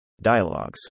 dialogues